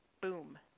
Boom